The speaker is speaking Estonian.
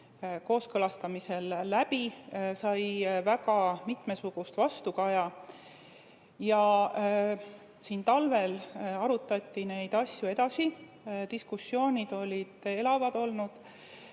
kooskõlastusringi läbi, see sai väga mitmesugust vastukaja. Talvel arutati neid asju edasi, diskussioonid olid elavad olnud.